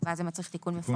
ואז זה מצריך תיקון מפורש.